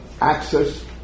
access